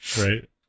right